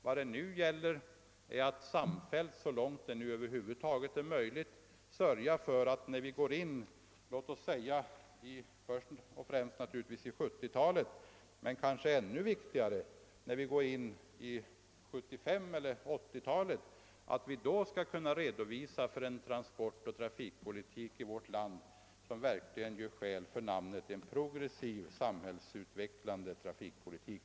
Vad det nu gäller är att samfällt så långt det över huvud taget är möjligt sörja för att vi under kommande år skall kunna redovisa en transportoch trafikpolitik i vårt land, som gör skäl för beteckningen en progressiv samhällsutvecklande trafikpolitik.